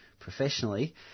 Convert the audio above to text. professionally